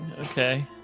Okay